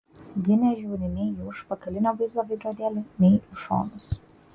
ji nežiūri nei į užpakalinio vaizdo veidrodėlį nei į šonus